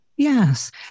Yes